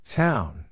town